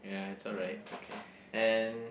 ya it's okay and